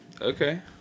Okay